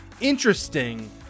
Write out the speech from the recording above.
interesting